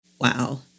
Wow